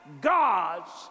God's